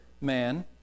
man